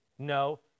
No